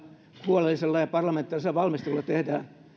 huolellisella ja parlamentaarisella valmistelulla tehdään